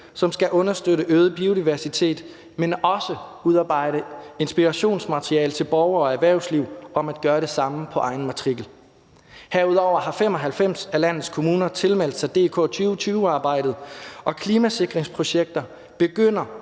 som skal understøtte øget biodiversitet, men også udarbejde inspirationsmateriale til borgere og erhvervsliv om at gøre det samme på egen matrikel. Herudover har 95 af landets kommuner tilmeldt sig DK2020-arbejdet, og klimasikringsprojekter begynder